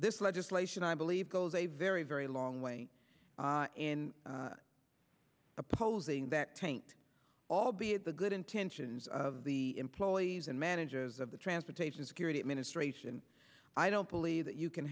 this legislation i believe goes a very very long way in opposing that taint albeit the good intentions of the employees and managers of the transportation security administration i don't believe that you can